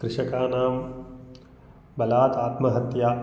कृषकाणां बलात् आत्महत्या